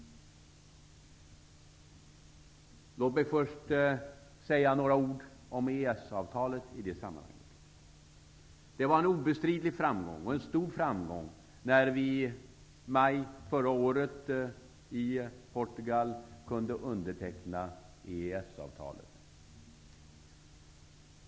Låt mig först säga några ord om EES-avtalet i det sammanhanget. Det var en obestridlig och stor framgång när vi i maj förra året i Portugal kunde underteckna EES avtalet.